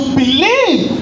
believe